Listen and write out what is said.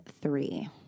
three